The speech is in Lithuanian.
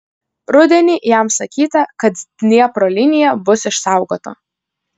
rudenį jam sakyta kad dniepro linija bus išsaugota